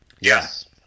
Yes